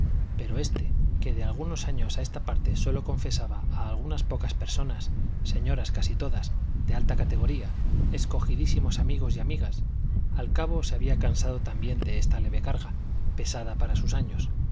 pero este que de algunos años a esta parte sólo confesaba a algunas pocas personas señoras casi todas de alta categoría escogidísimos amigos y amigas al cabo se había cansado también de esta leve carga pesada para sus años